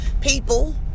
people